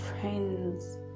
friends